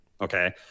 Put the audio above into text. okay